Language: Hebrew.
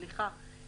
סליחה.